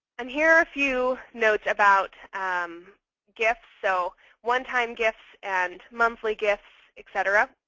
and here are a few notes about um gifts. so one time gifts and monthly gifts, etc.